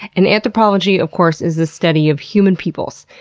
and anthropology of course is the study of human peoples.